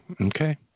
Okay